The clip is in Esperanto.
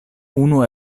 unu